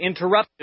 interruptive